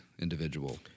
individual